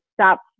stop